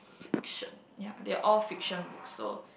fiction ya they all fiction books so